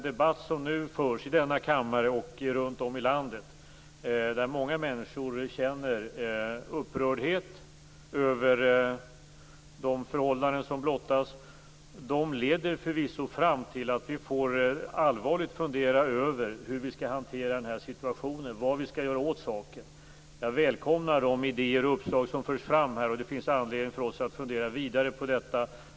Debatten som nu förs i denna kammare och runt om i landet, där många människor känner upprördhet över de förhållanden som blottas, leder förvisso fram till att vi allvarligt får fundera över hur vi skall hantera situationen, vad vi skall göra åt saken. Jag välkomnar de idéer och uppslag som förs fram här. Det finns anledning för oss att fundera vidare på detta.